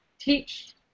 teach